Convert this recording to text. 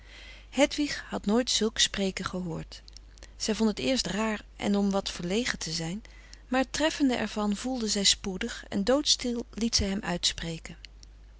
hedwig had nooit zulk spreken gehoord zij vond het eerst raar en om wat verlegen te zijn maar het treffende er van voelde zij spoedig en doodstil liet zij hem uitspreken